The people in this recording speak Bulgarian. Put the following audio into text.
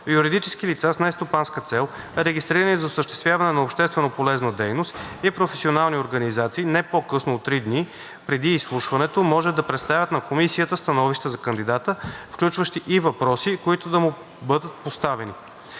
Юридически лица с нестопанска цел, регистрирани за осъществяване на общественополезна дейност, и професионални организации не по-късно от три дни преди изслушването може да представят на комисията становища за кандидата, включващи и въпроси, които да му бъдат поставени.